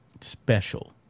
special